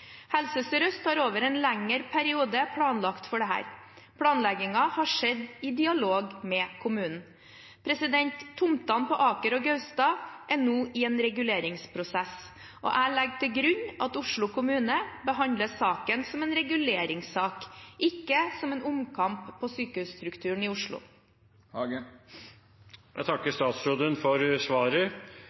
Helse Sør-Øst har over en lengre periode planlagt for dette. Planleggingen har skjedd i dialog med kommunen. Tomtene på Aker og Gaustad er nå i en reguleringsprosess, og jeg legger til grunn at Oslo kommune behandler saken som en reguleringssak – ikke som en omkamp om sykehusstrukturen i Oslo. Jeg takker statsråden for svaret